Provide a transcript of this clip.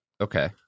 Okay